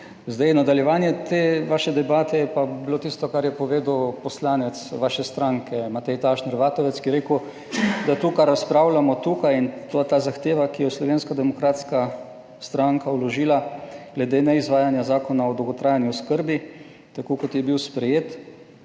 Zdaj, nadaljevanje te vaše debate je pa bilo tisto, kar je povedal poslanec vaše stranke Matej Tašner Vatovec, ki je rekel, da to kar razpravljamo tukaj in ta zahteva, ki jo je Slovenska demokratska stranka vložila glede neizvajanja Zakona o dolgotrajni oskrbi, tako kot je bil sprejet,